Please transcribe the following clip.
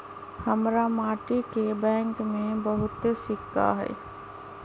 हमरा माटि के बैंक में बहुते सिक्का हई